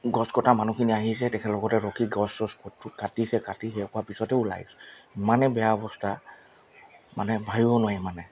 গছ কটা মানুহখিনি আহিছে তেখেতসকলৰ লগতে ৰখি গছ চছ কটো কাটিছে কাটি শেষ হোৱাৰ পিছতহে ওলাইছোঁ ইমানেই বেয়া অৱস্থা মানে ভাবিব নোৱাৰি মানে